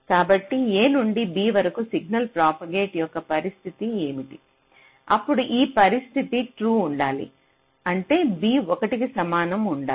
కాబట్టి a నుండి b వరకు సిగ్నల్ ప్రాపగేట్ యొక్క పరిస్థితి ఏమిటి అప్పుడు ఈ పరిస్థితి ట్రూ ఉండాలి అంటే b 1 కి సమానం ఉండాలి